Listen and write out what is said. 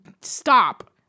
stop